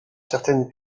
certaines